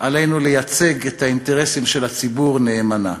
עלינו לייצג את האינטרסים של הציבור נאמנה.